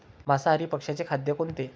मांसाहारी पक्ष्याचे खाद्य कोणते?